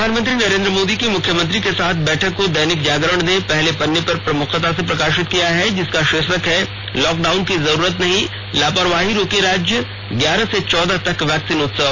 प्रधानमंत्री नरेन्द्र मोदी की मुख्यमंत्रियों के साथ बैठक को दैनिक जागरण ने पहले पन्ने पर प्रमुखता से प्रकाशित किया है जिसका शोर्षक है लॉकडाउन की जरूरत नहीं लापरवाही रोके राज्य ग्यारह से चौदह तक वैक्सीन उत्सव